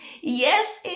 Yes